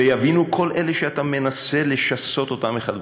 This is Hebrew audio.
ויבינו כל אלה שאתה מנסה לשסות אותם אחד בשני,